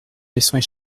laissant